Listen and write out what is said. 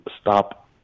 stop